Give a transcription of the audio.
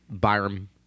byram